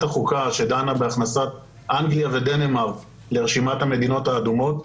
החוקה שדנה בהכנסת אנגלייה ודנמרק לרשימת המדינות האדומות,